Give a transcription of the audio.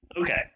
Okay